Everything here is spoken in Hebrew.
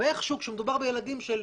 ואיכשהו כשמודבר בילדים של